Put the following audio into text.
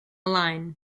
line